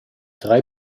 drei